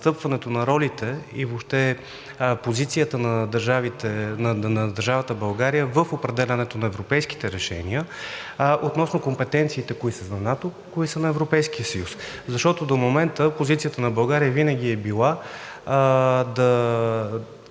застъпването на ролите и въобще позицията на държавата България в определянето на европейските решения. Относно компетенциите, които са за НАТО, кои са на Европейския съюз. Защото до момента позицията на България винаги е била